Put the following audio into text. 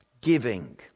giving